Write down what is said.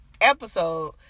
episode